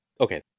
okay